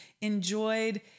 enjoyed